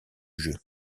jeu